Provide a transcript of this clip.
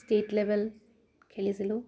state level খেলিছিলোঁ